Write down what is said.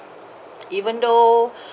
even though